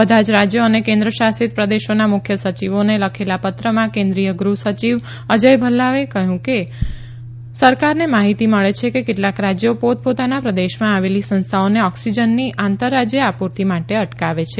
બધા જ રાજ્યો અને કેન્દ્ર શાસિત પ્રદેશોના મુખ્ય સચિવોને લખેલા પત્રમાં કેન્દ્રીય ગૃહ સચિવ અજય ભલ્લાએ કહયું છે કે સરકારને માહિતી મળે છે કે કેટલાક રાજયો પોત પોતાના પ્રદેશમાં આવેલી સંસ્થાઓને ઓકસીજનની આંતર રાજય આપુર્તિ માટે અટકાવે છે